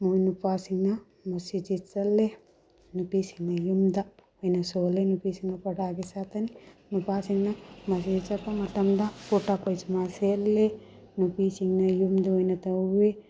ꯃꯣꯏ ꯅꯨꯄꯥꯁꯤꯡꯅ ꯃꯁꯤꯖꯤꯠ ꯆꯠꯂꯤ ꯅꯨꯄꯤꯁꯤꯡꯅ ꯌꯨꯝꯗ ꯑꯣꯏꯅ ꯁꯣꯜꯂꯤ ꯅꯨꯄꯤꯁꯤꯡꯅ ꯄꯔꯗꯥꯔꯒꯤ ꯅꯨꯄꯥꯁꯤꯡꯅ ꯃꯁꯤꯖꯤꯠ ꯆꯠꯄ ꯃꯇꯝꯗ ꯀꯨꯔꯇꯥ ꯄꯥꯏꯖꯃꯥ ꯁꯦꯠꯂꯤ ꯅꯨꯄꯤꯁꯤꯡꯅ ꯌꯨꯝꯗ ꯑꯣꯏꯅ ꯇꯧꯏ